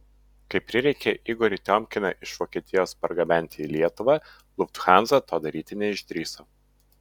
kai prireikė igorį tiomkiną iš vokietijos pargabenti į lietuvą lufthansa to daryti neišdrįso